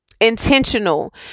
intentional